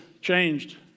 changed